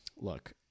look